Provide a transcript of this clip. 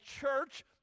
church